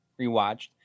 rewatched